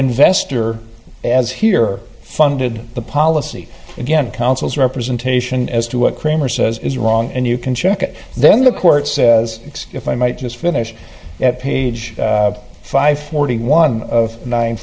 investor as here funded the policy again council's representation as to what kramer says is wrong and you can check it then the court says if i might just finish at page five forty one of nine